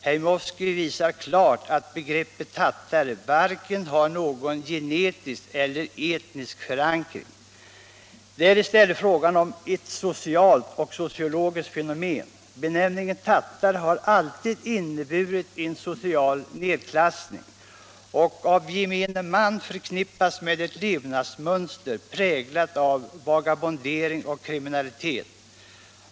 Heymowski visar klart att begreppet tattare var 101 ken har någon genetisk eller någon etnisk förankring. Det är i stället fråga om ett socialt och sociologiskt fenomen. Benämningen tattare har alltid inneburit en social nedklassning och av gemene man förknippats med ett levnadsmönster, präglat av vagabondering och kriminalitet.